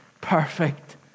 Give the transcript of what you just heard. Perfect